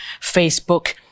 Facebook